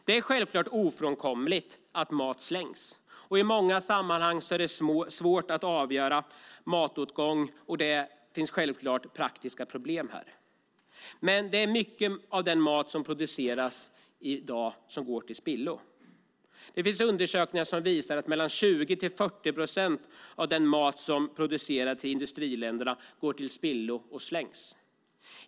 Det är självklart ofrånkomligt att mat slängs. I många sammanhang är det svårt att avgöra matåtgången, och här finns givetvis praktiska problem. Men mycket av den mat som i dag produceras går till spillo. Undersökningar visar att mellan 20 och 40 procent av den mat som produceras i industriländer går till spillo, slängs.